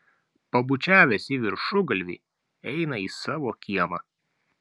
pabučiavęs į viršugalvį eina į savo kiemą